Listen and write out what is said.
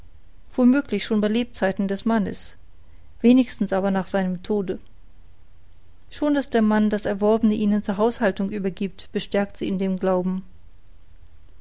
wo möglich schon bei lebzeiten des mannes wenigstens aber nach seinem tode schon daß der mann das erworbene ihnen zur haushaltung übergiebt bestärkt sie in dem glauben